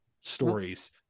stories